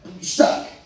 stuck